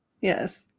Yes